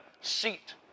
seat